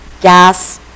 gas